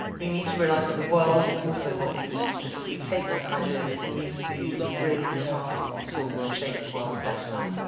we need to realize that the world is also what we eat. but if we take that idea, we can use food as a really powerful tool to shape the world better.